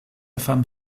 femme